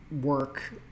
work